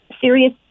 serious